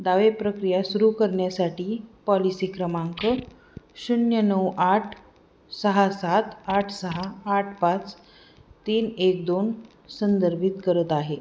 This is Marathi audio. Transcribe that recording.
दावे प्रक्रिया सुरू करण्यासाठी पॉलिसी क्रमांक शून्य नऊ आठ सहा सात आठ सहा आठ पाच तीन एक दोन संदर्भित करत आहे